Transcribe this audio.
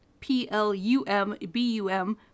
plumbum